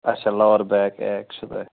اَچھا lower back ache چھُو تۄہہِ